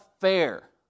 fair